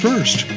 First